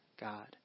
God